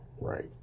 right